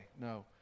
No